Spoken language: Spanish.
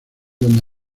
donde